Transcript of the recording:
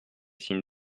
signe